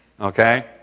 Okay